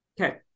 Okay